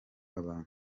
abantu